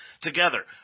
Together